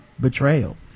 Betrayal